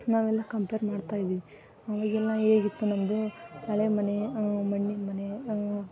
ನಾವೆಲ್ಲ ಕಂಪೇರ್ ಮಾಡ್ತಾ ಇದ್ದೀವಿ ಅವಾಗೆಲ್ಲ ಹೇಗಿತ್ತು ನಮ್ಮದು ಹಳೆ ಮನೆ ಮಣ್ಣಿನ ಮನೆ